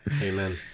Amen